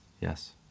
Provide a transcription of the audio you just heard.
yes